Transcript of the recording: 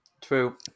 true